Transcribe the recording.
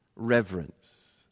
Reverence